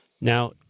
Now